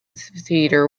theater